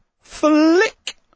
flick